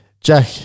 Jack